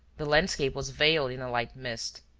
the landscape was veiled in a light mist.